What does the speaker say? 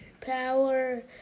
power